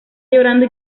llorando